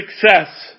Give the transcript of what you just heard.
success